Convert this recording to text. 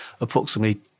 approximately